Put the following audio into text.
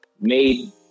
made